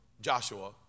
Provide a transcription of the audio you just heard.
Joshua